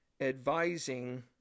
advising